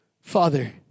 Father